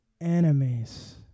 enemies